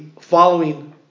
following